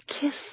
kiss